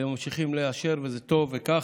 וממשיכים לאשר, וטוב שזה כך.